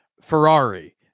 Ferrari